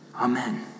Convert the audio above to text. amen